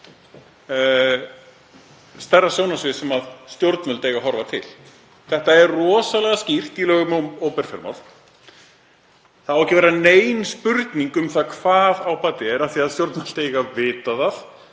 stærra sjónarsvið sem stjórnvöld eiga að horfa til. Þetta er rosalega skýrt í lögum um opinber fjármál. Það á ekki að vera nein spurning hver ábatinn er af því að stjórnvöld eiga að vita það.